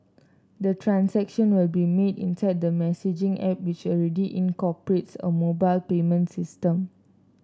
the transaction will be made inside the messaging app which already incorporates a mobile payment system